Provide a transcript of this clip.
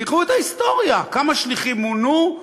תקראו את ההיסטוריה: כמה שליחים מונו,